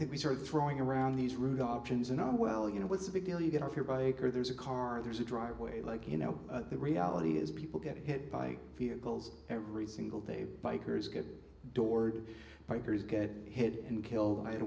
think we start throwing around these rude options and i'm well you know what's the big deal you get off your bike or there's a car there's a driveway like you know the reality is people get hit by vehicles every single day bikers get doored bikers get hit and killed